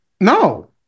No